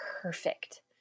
perfect